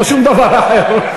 לא שום דבר אחר.